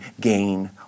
gain